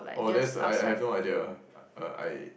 oh that's I I have no idea uh I